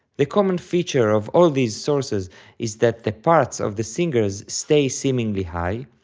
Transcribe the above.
the common feature of all these sources is that the parts of the singers stay seemingly high,